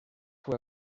fue